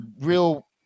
real